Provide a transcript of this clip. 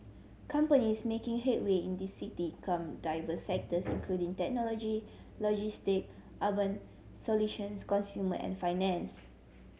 companies making headway in this city come diverse sectors including technology logistic urban solutions consumer and finance